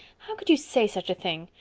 how could you say such a thing?